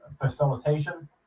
facilitation